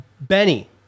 Benny